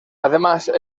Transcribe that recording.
además